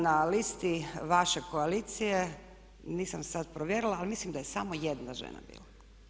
Na listi vaše koalicije nisam sad provjerila ali mislim da je samo jedna žena bila.